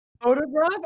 Photograph